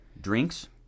Drinks